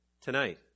tonight